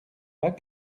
pas